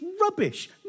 rubbish